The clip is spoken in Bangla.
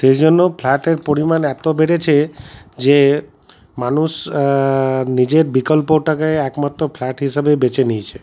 সেই জন্য ফ্ল্যাটের পরিমাণ এত বেড়েছে যে মানুষ নিজের বিকল্পটাকে একমাত্র ফ্ল্যাট হিসাবে বেছে নিয়েছে